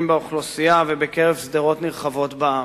באוכלוסייה ובקרב שדרות נרחבות בעם.